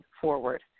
forward